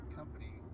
company